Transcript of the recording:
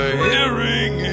hearing